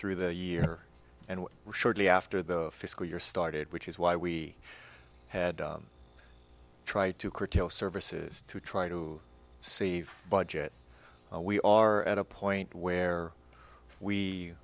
through the year and shortly after the fiscal year started which is why we had to try to curtail services to try to save budget we are at a point where we